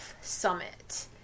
summit